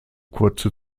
kurze